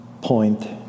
point